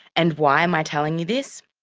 and why am i telling you this?